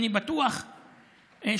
אני בטוח שאין.